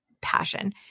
passion